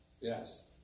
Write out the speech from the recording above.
Yes